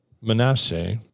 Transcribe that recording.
Manasseh